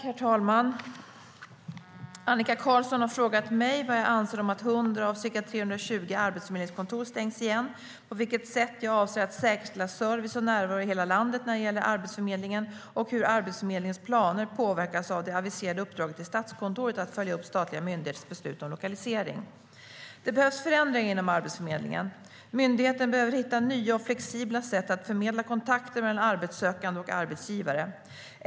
Herr talman! Annika Qarlsson har frågat mig vad jag anser om att 100 av ca 320 arbetsförmedlingskontor stängs, på vilket sätt jag avser att säkerställa service och närvaro i hela landet när det gäller Arbetsförmedlingen och hur Arbetsförmedlingens planer påverkas av det aviserade uppdraget till Statskontoret att följa upp statliga myndigheters beslut om lokalisering. Det behövs förändringar inom Arbetsförmedlingen. Myndigheten behöver hitta nya och flexibla sätt att förmedla kontakter mellan arbetssökande och arbetsgivare.